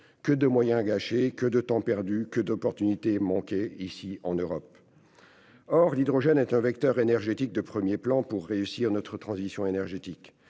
Que de moyens gâchés, que de temps perdu, que d'opportunités manquées, ici, en Europe ! Or l'hydrogène est un vecteur de premier plan pour réussir notre transition énergétique.